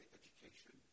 education